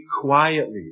quietly